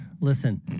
listen